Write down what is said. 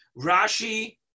Rashi